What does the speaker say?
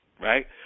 right